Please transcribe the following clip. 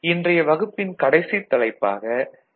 இன்றைய வகுப்பின் கடைசித் தலைப்பாக டி